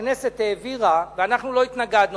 או הכנסת העבירה ואנחנו לא התנגדנו,